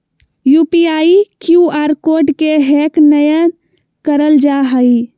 UPI, Q R code के hack नयय करल जा हइ